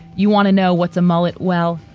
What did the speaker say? you want to know what's a mullet? well,